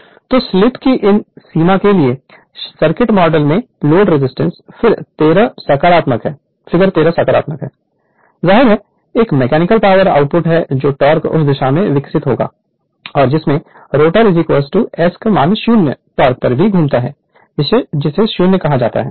Refer Slide Time 2218 तो slip की इस सीमा के लिए सर्किट मॉडल में लोड रजिस्टेंस फिगर 13 सकारात्मक है जाहिर है एक मैकेनिकल पावर आउटपुट है जो टोक़ उस दिशा में विकसित होता है जिसमें रोटर S 0 टोक़ पर भी घूमता है जिसे 0 कहा जाता है